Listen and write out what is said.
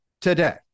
today